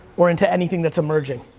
or into anything that's emerging.